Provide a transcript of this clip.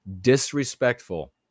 disrespectful